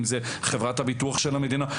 אם זה חברת הביטוח של המדינה,